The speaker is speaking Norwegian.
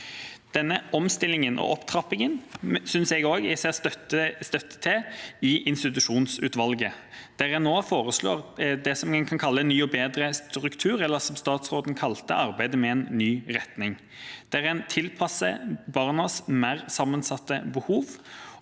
Denne omstillingen og opptrappingen synes jeg også jeg ser støtte til i institusjonsutvalget, der en nå foreslår det som en kan kalle en ny og bedre struktur – eller, som statsråden kalte det, arbeidet med en ny retning – der en tilpasser seg barnas mer sammensatte behov,